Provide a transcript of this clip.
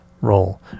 role